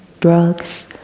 drugs